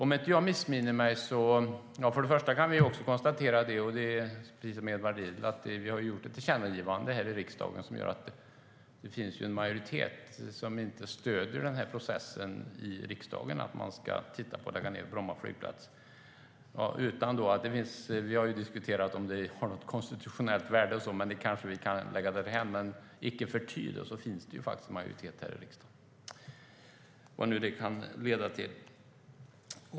Först och främst kan vi konstatera, precis som Edvard Riedl, att vi har gjort ett tillkännagivande här i riksdagen. Det gör att det finns en majoritet i riksdagen som inte stöder processen för att titta på en nedläggning av Bromma flygplats. Vi har diskuterat om det har något konstitutionellt värde, och det kanske vi kan lämna därhän. Men icke förty finns det faktiskt en majoritet här i riksdagen - vad det nu kan leda till.